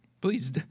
Please